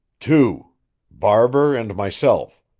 two barber and myself.